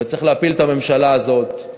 וצריך להפיל את הממשלה הזאת,